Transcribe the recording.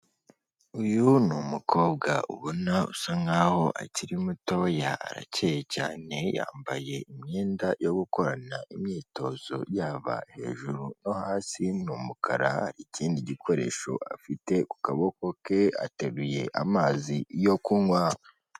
Uyu n'umukobwa ubona usa nkaho akiri mutoya, arakeye cyane, yambaye imyenda yo gukorana imyitozo yaba hejuru yo hasi n'umukara, ikindi gikoresho afite ukuboko ke ateruye amazi yo kunywa.